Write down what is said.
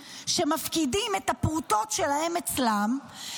שמפקידים את הפרוטות שלהם אצלם -- משקי הבתים.